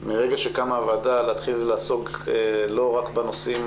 מרגע שקמה הוועדה אני בחרתי להתחיל לעסוק לא רק בנושאים